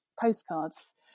postcards